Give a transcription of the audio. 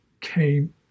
came